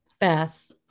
Beth